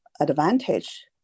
advantage